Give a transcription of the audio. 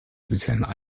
speziellen